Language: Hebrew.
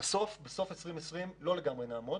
שבסוף 2020 עוד לא לגמרי נעמוד,